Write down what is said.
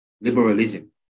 liberalism